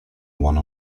one